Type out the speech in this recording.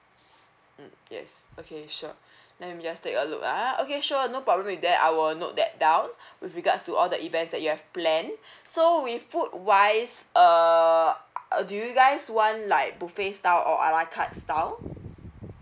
mm yes okay sure let me just take a look ah okay sure no problem with that I will note that down with regards to all the events that you have planned so with food wise err do you guys want like buffet style or a la carte style